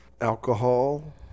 Alcohol